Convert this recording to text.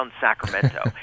Sacramento